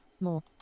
More